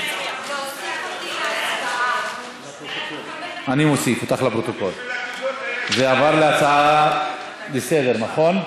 4012. זה הפך להצעה לסדר-היום, נכון?